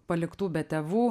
paliktų be tėvų